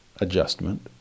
adjustment